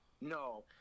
no